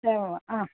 एवं वा